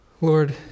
Lord